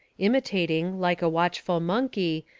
imitating, like a watch ful monkey,